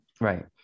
Right